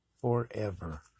forever